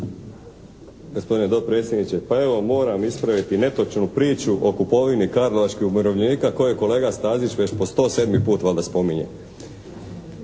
Gospodine dopredsjedniče pa evo moram ispraviti netočnu priču o kupovini karlovačkih umirovljenika koju je kolega Stazić već po 107 put valjda spominje.